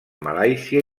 malàisia